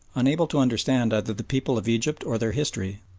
unable to understand either the people of egypt or their history,